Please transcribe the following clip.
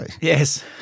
Yes